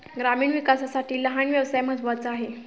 ग्रामीण विकासासाठी लहान व्यवसाय महत्त्वाचा आहे